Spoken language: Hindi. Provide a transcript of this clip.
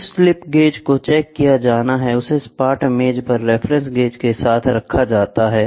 जिस स्लिप गेज को चेक किया जाना है उसे सपाट मेज पर रेफरेंस गेज के साथ रखा जाता है